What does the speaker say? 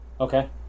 Okay